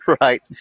Right